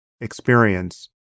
experience